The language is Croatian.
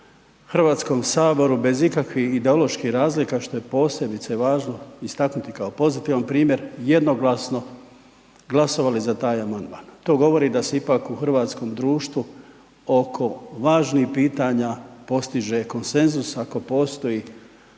Hrvatskom saboru bez ikakvih ideoloških razlika što je posebno važno istaknuti kao pozitivan primjer, jednoglasno glasovali za taj amandman. To govori da se ipak u hrvatskom društvu oko važnih pitanja postiže konsenzus ako postoji